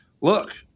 look